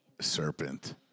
serpent